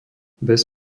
bez